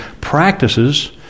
practices